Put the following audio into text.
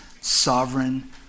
sovereign